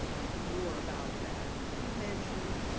more about that. you mentioned,